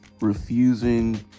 refusing